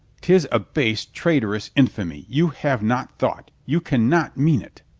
tis a base, traitorous infamy. you have not thought. you can not mean it.